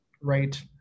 Right